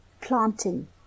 planting